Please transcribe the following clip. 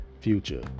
future